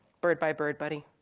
bird by bird, buddy.